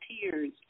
tears